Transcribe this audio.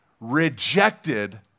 rejected